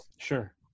Sure